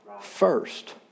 First